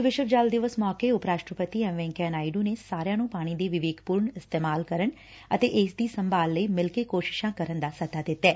ਵਿਸ਼ਵ ਜਲ ਦਿਵਸ ਮੌਕੇ ਉਪ ਰਾਸ਼ਟਰਪਤੀ ਐਮ ਵੈਕਈਆ ਨਾਇਡੂ ਨੇ ਸਾਰਿਆਂ ਨੰ ਪਾਣੀ ਦੇ ਵਿਵੇਕਪੁਰਨ ਇਸਤੇਮਾਲ ਕਰਨ ਅਤੇ ਇਸ ਦੀ ਸੰਭਾਲ ਲਈ ਮਿਲਕੇ ਕੋਸ਼ਿਸਾਂ ਕਰਨ ਦਾ ਸੱਦਾ ਦਿੱਤੈ